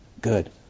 Good